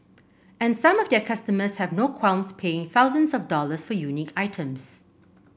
and some of their customers have no qualms paying thousands of dollars for unique items